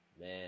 Man